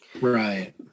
Right